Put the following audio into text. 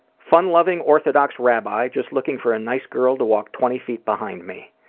fun-loving orthodox rabbi just looking for a nice girl to walk twenty feet behind me.